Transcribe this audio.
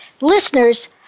Listeners